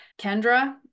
Kendra